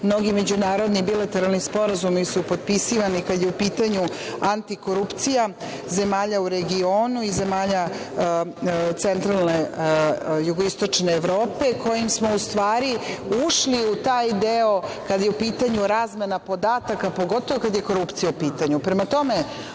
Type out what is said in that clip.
mnogi međunarodni bilateralni sporazumi su potpisivani, kada je u pitanju antikorupcija, zemalja u regionu i zemalja centralne jugoistočne evrope, kojim smo ustvari ušli u taj deo kada je u pitanju razmena podataka, pogotovo kada je korupcija u pitanju. Prema